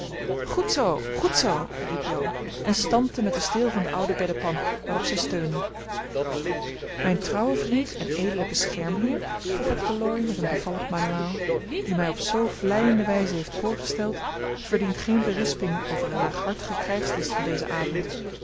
goed zoo goed zoo riep jo en stampte met den steel van de oude beddepan waarop zij steunde mijn trouwe vriend en edele beschermheer vervolgde laurie met een bevallig manuaal die mij op zoo vleiende wijze heeft voorgesteld verdient geen berisping over de laaghartige krijgslist van dezen avond